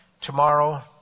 tomorrow